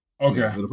Okay